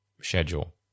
schedule